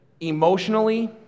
emotionally